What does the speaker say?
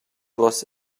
was